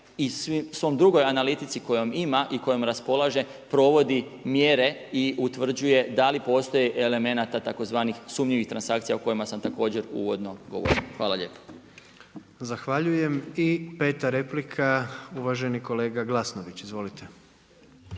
i svoj drugoj analitici koju ima i kojom raspolaže provodi mjere i utvrđuje da li postoji elemenata tzv. sumnjivih transakcija o kojima sam također uvodno govorio. Hvala lijepa. **Jandroković, Gordan (HDZ)** Zahvaljujem. I 5. replika uvaženi kolega Glasnović. Izvolite.